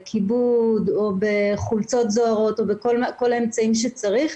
בכיבוד או בחולצות זוהרות או בכל האמצעים שצריך,